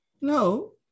No